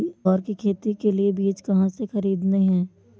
ग्वार की खेती के लिए बीज कहाँ से खरीदने हैं?